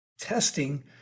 testing